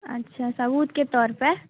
अच्छा सबूत के तौर पर